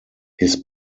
his